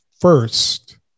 first